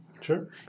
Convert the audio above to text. Sure